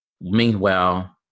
Meanwhile